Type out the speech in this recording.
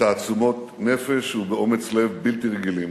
בתעצומות נפש ובאומץ לב בלתי רגילים.